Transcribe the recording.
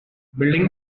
building